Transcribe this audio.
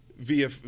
Via